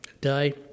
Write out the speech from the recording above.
day